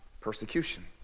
persecution